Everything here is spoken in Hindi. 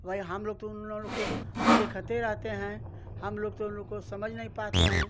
भाई हमलोग तो उन लोगों को देखते रहते हैं हमलोग तो उन लोगों को समझ नहीं पाते हैं